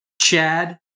Chad